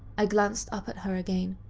i glanced up at her again.